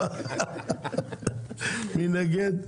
הצבעה אושר.